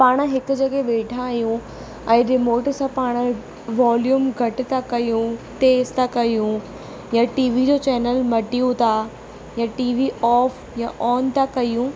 पाण हिकु जॻहि वेठा आहियूं ऐं रिमोट सां पाण वॉल्यूम घटि था कयूं तेज था कयूं या टी वी जो चैनल मटियूं था या टी वी ऑफ या ऑन था कयूं